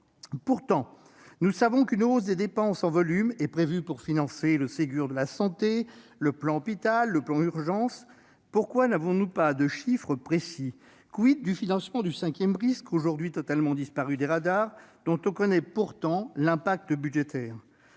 Pourtant, nous savons qu'une hausse des dépenses en volume est prévue pour financer le Ségur de la santé, le plan d'urgence pour l'hôpital public et le plan urgences. Pourquoi ne disposons-nous pas de chiffres précis ? du financement du cinquième risque, qui a aujourd'hui totalement disparu des radars et dont on connaît pourtant l'impact budgétaire ?